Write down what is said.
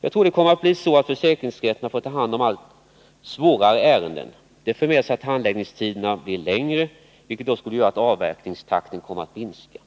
Jag tror att försäkringsrätterna kommer att få ta hand om allt svårare ärenden. Det för med sig att handläggningstiderna blir längre, vilket då skulle göra att avverkningstakten kommer att minska.